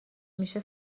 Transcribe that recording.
میشه